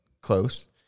close